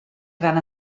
gran